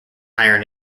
iron